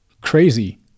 crazy